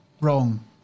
wrong